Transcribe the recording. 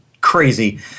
crazy